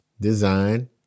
design